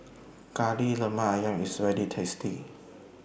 Kari Lemak Ayam IS very tasty